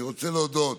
אני רוצה להודות